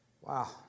Wow